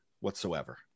whatsoever